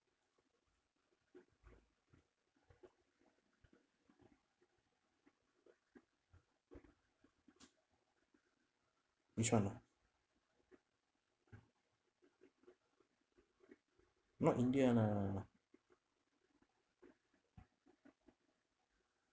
which one ah not india lah